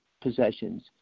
possessions